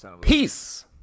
Peace